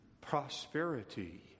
prosperity